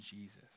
Jesus